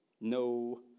No